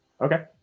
Okay